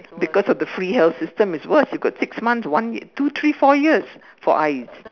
because of the free health system it's worst you got six months one year two three four years for eyes